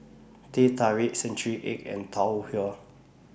Teh Tarik Century Egg and Tau Huay